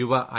Yuva I